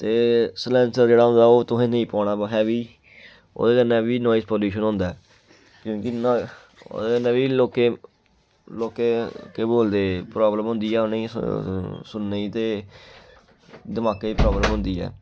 ते सलैंसर जेह्ड़ा होंदा ओह् तुहें नेईं पुआना हैबी ओह्दे कन्नै बी नोइ़ज पलूशन होंदा ऐ क्योंकि ओह्दे कन्नै बी लोकें लोकें केह् बोलदे प्राब्लम होंदी ऐ उनेंगी सुनने गी ते दमाकै दी प्राब्लम होंदी ऐ